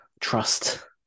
trust